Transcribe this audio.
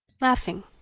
laughing